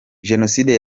jenoside